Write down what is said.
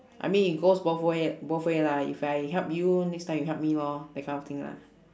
I mean it goes both way both way lah if I help you next time you help me lor that kind of thing lah